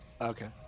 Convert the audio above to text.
Okay